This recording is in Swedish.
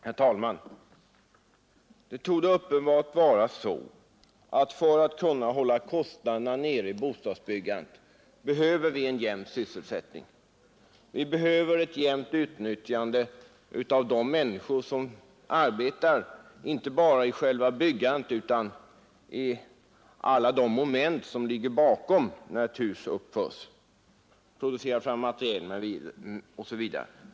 Herr talman! Det torde vara uppenbart att vi för att kunna hålla kostnaderna nere i bostadsbyggandet behöver en jämn sysselsättning. Vi behöver ett jämnt utnyttjande av de människor som arbetar, inte bara i själva byggandet utan i alla de moment som ligger bakom när ett hus uppförs: produktion av material osv.